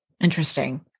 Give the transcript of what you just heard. Interesting